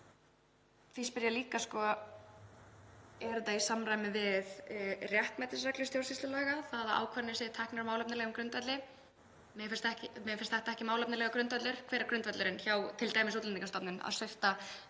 Því spyr ég líka: Er þetta í samræmi við réttmætisreglu stjórnsýslulaga, að ákvarðanir séu teknar á málefnalegum grundvelli? Mér finnst þetta ekki málefnalegur grundvöllur. Hver er grundvöllurinn hjá t.d. Útlendingastofnun að svipta